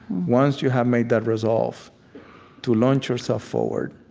once you have made that resolve to launch yourself forward,